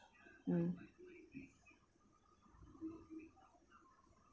mm